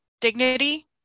dignity